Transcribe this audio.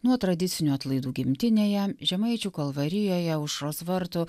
nuo tradicinių atlaidų gimtinėje žemaičių kalvarijoje aušros vartų